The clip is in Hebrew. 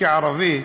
כערבי,